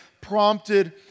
prompted